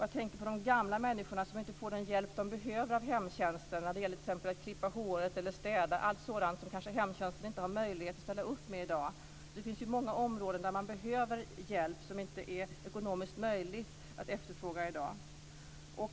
Jag tänker på de gamla människor som inte får den hjälp de behöver av hemtjänsten när det gäller t.ex. att klippa håret eller städa, allt sådant som kanske hemtjänsten inte har möjlighet att ställa upp med i dag. Det finns många områden där man behöver hjälp som inte är ekonomiskt möjligt att efterfråga i dag.